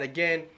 Again